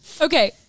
Okay